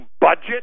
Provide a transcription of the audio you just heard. budget